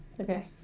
Okay